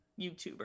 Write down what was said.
youtuber